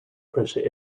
pressure